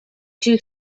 two